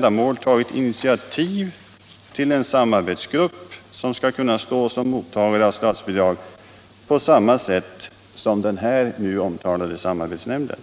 de tagit initiativ till en samarbetsgrupp som skall kunna stå som mottagare av statsbidrag på samma sätt som den omtalade samarbetsnämnden.